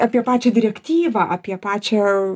apie pačią direktyvą apie pačią